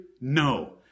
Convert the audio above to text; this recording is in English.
No